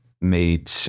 made